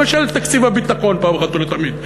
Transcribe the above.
למשל את תקציב הביטחון פעם אחת ולתמיד,